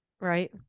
right